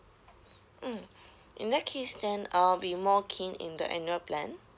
mm in that case then I'll be more keen in the annual plan